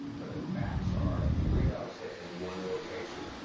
but the facts are, three dogs hit in one location.